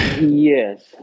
Yes